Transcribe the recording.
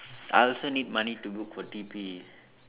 I also need money to book for T_P